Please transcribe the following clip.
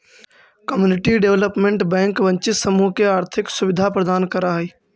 community development bank वंचित समूह के आर्थिक सुविधा प्रदान करऽ हइ